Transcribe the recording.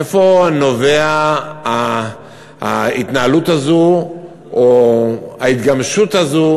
מאיפה נובעת ההתנהלות הזאת או ההתגמשות הזאת,